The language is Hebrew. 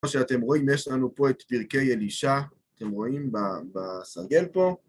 כמו שאתם רואים, יש לנו פה את פרקי אלישע, אתם רואים? בסרגל פה.